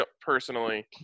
personally